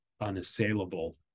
unassailable